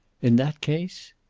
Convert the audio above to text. in that case?